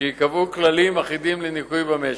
שייקבעו כללים אחידים לניכוי במשק.